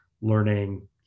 learning